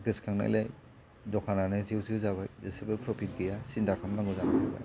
गोसोखांनायलाय दखानानो जेव जेव जाबाय बिसोरहाबो प्रफिट गैया सिन्था खालामनांगौ जाना जाबाय